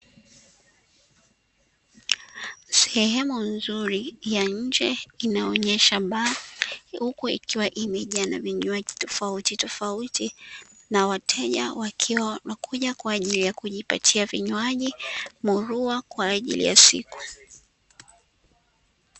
Sehemu nzuri ya nje inayoonyesha baa huku ikiwa imejaa na vinywaji tofautitofauti, na wateja wakiwa wanakuja kwa ajili ya kujipatia vinywaji murua kwa ajili ya siku.